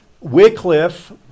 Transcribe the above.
Wycliffe